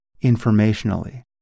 informationally